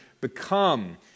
become